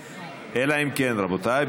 רבותיי,